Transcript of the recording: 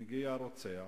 מגיע רוצח,